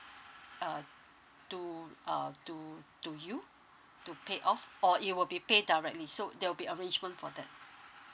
uh to uh to to you to pay off or it will be pay directly so there'll be arrangement for that